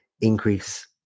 increase